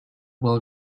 will